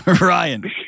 Ryan